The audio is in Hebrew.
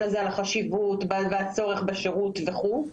הזה על החשיבות ועל הצורך בשירות וכו'.